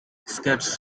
skate